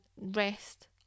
rest